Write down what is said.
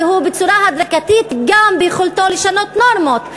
ובצורה הדרגתית גם ביכולתו לשנות נורמות.